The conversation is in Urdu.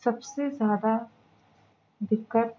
سب سے زیادہ دقت